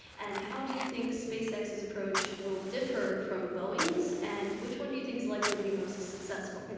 and how do you think spacex's approach will differ from boeing's, and which one do you think is likely to be most successful?